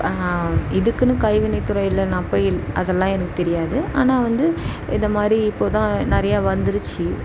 இதுக்குன்னு கைவினைத்துறையில் நான் போய் அதெல்லாம் எனக்கு தெரியாது ஆனால் வந்து இந்த மாதிரி இப்போது தான் நிறையா வந்திருச்சி